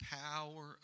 power